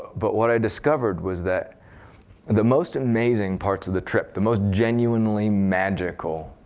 but what i discovered was that the most amazing parts of the trip, the most genuinely magical